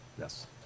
Yes